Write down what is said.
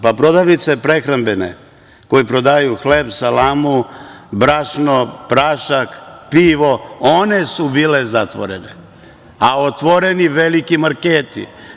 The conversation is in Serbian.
Pa prodavnice prehrambene koje prodaju hleb, salamu, brašno, prašak, pivo, one su bile zatvorene, a otvoreni veliki marketi.